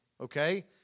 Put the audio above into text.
Okay